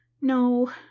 No